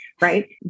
right